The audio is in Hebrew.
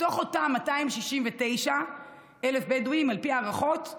מתוך אותם 269,000 בדואים, על פי ההערכות,